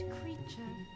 creature